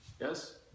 yes